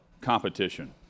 competition